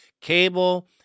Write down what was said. Cable